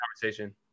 conversation